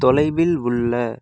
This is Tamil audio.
தொலைவில் உள்ள